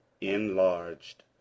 enlarged